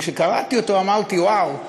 כשקראתי אותו אמרתי: וואו,